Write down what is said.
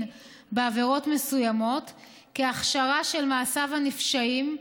בעבירות מסוימות כהכשרה של מעשיו הנפשעים,